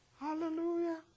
Hallelujah